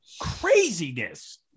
Craziness